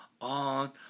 on